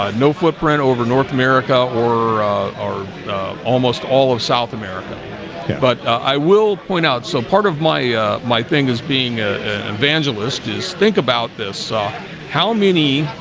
ah no footprint over north america or or almost all of south america but i will point out so part of my my thing is being an ah evangelist is think about this how many?